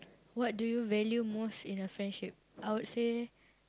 what do you value most in your friendship I would say